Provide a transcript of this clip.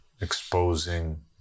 exposing